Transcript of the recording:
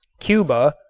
cuba,